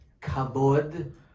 kabod